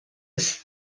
ist